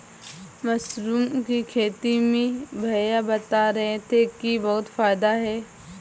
mushroom की खेती में भैया बता रहे थे कि बहुत फायदा है